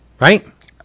Right